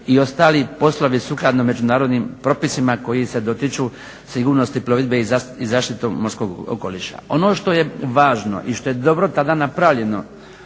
i ostali poslovi sukladni međunarodnim propisima koji se dotiču sigurnosti plovidbe i zaštitu morskog okoliša. Ono što je važno i što je dobro tada napravljeno